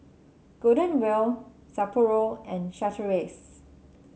Golden Wheel Sapporo and Chateraise